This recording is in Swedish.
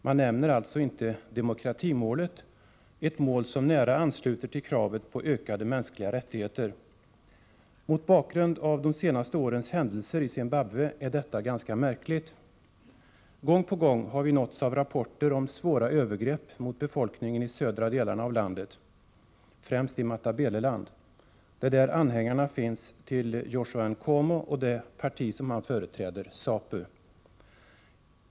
Man nämner alltså inte demokratimålet, som nära ansluter till kravet på ökade mänskliga rättigheter. Mot bakgrund av de senaste årens händelser i Zimbabwe är detta ganska märkligt. Gång på gång har vi nåtts av rapporter om svåra övergrepp mot befolkningen i södra delarna av landet, främst i Matabeleland. Det är där anhängarna finns till Joshua Nkomo och hans parti ZAPU.